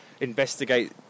investigate